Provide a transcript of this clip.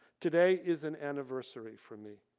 today is an anniversary for me.